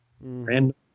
Random